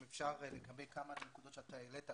אם אפשר לגבי כמה נקודות שאתה העלית.